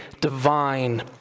divine